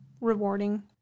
rewarding